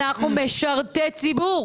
אנחנו משרתי ציבור